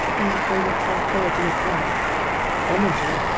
indicated tranquility of blood energy,